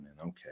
Okay